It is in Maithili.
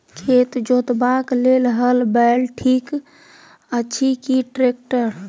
खेत जोतबाक लेल हल बैल ठीक अछि की ट्रैक्टर?